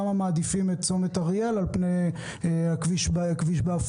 למה מעדיפים את צומת אריאל על פני הכביש בעפולה.